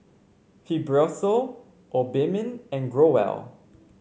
Fibrosol Obimin and Growell